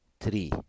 three